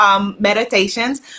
meditations